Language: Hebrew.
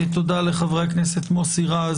תודה לחברי הכנסת מוסי רז,